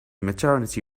maternity